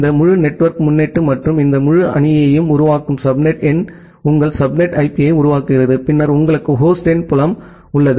இந்த முழு நெட்வொர்க் முன்னொட்டு மற்றும் இந்த முழு அணியையும் உருவாக்கும் சப்நெட் எண் உங்கள் சப்நெட் ஐபியை உருவாக்குகிறது பின்னர் உங்களுக்கு ஹோஸ்ட் எண் புலம் உள்ளது